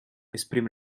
esprime